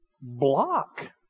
block